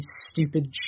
stupid